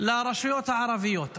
לרשויות הערביות.